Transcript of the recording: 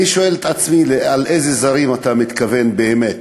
אני שואל את עצמי לאיזה זרים אתה מתכוון באמת.